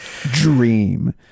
dream